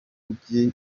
mijyi